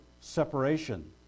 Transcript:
separation